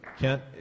Kent